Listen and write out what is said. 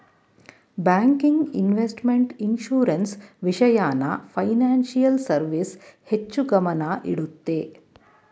banking, investment, insurance, ವಿಷಯನ financial service ಹೆಚ್ಚು ಗಮನ ಇಡುತ್ತೆ